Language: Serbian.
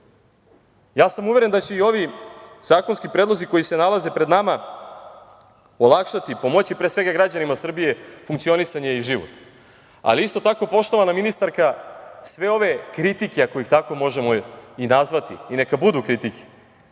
Ja sam uveren da će i ovi zakonski predlozi koji se nalaze pred nama olakšati, pomoći građanima Srbije, funkcionisanje i život, ali isto tako, poštovana ministarka, sve ove kritike, ako ih tako možemo i nazvati i neka budu kritike,